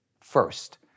first